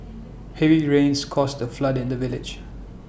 heavy rains caused A flood in the village